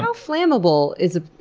so flammable is it